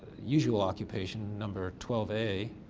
usual occupation, number twelve a,